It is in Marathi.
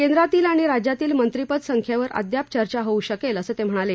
केंद्रातील आणि राज्यातील मंत्रीपद संख्येवर अद्याप चर्चा होऊ शकेल असं ते म्हणाले